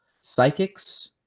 psychics